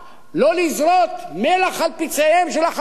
לא לזרות מלח על פצעיהם של החלשים,